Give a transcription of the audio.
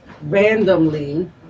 randomly